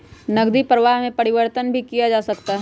नकदी प्रवाह में परिवर्तन भी किया जा सकता है